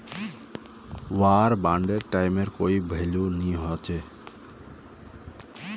वार बांडेर टाइमेर कोई भेलू नी हछेक